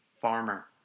farmer